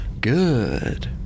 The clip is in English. good